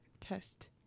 test